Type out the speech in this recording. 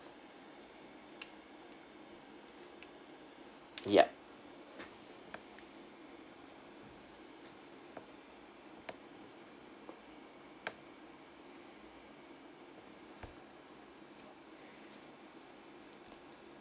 yup